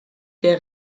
der